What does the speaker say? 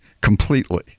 completely